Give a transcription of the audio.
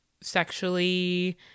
sexually